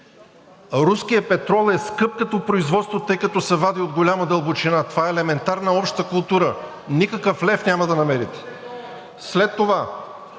Руският петрол е скъп като производство, тъй като се вади от голяма дълбочина. Това е елементарна обща култура. Никакъв лев няма да намерите. След това